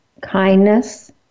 kindness